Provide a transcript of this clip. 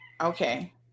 Okay